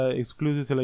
exclusive